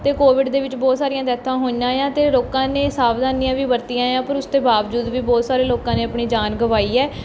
ਅਤੇ ਕੋਵਿਡ ਦੇ ਵਿੱਚ ਬਹੁਤ ਸਾਰੀਆਂ ਡੈੱਥਾਂ ਹੋਈਆਂ ਏ ਆ ਅਤੇ ਲੋਕਾਂ ਨੇ ਸਾਵਧਾਨੀਆਂ ਵੀ ਵਰਤੀਆਂ ਏ ਆ ਪਰ ਉਸ ਅਤੇ ਬਾਵਜੂਦ ਵੀ ਬਹੁਤ ਸਾਰੇ ਲੋਕਾਂ ਨੇ ਆਪਣੀ ਜਾਨ ਗਵਾਈ ਹੈ